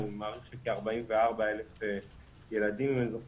אני מעריך שכ-44,000 ילדים אם אני זוכר